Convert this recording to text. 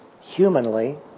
humanly